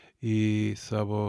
į savo